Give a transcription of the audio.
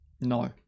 No